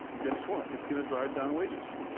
guess what? that's going to drive down wages.